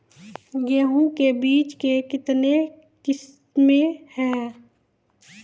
गेहूँ के बीज के कितने किसमें है?